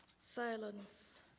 silence